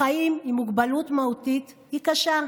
החיים עם מוגבלות מהותית היא קשה.